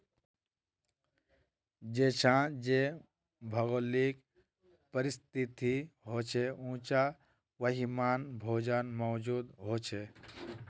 जेछां जे भौगोलिक परिस्तिथि होछे उछां वहिमन भोजन मौजूद होचे